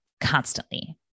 constantly